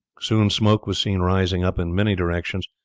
soon smoke was seen rising up in many directions,